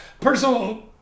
Personal